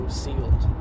sealed